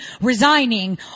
resigning